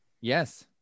yes